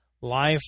Life